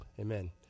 Amen